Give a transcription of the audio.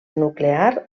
nuclear